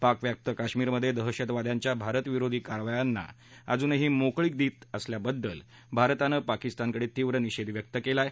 पाकव्याप्त कश्मीरमधे दहशतवाद्यांच्या भारत विरोधी कारवायांना अजूनही मोकळीक देत असल्याबद्दल भारतानं पाकिस्तानकडे तीव्र विरोध व्यक्त केला आहे